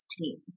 team